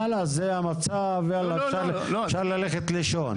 חאלס זה המצב אפשר ללכת לישון.